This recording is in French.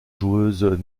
joueuses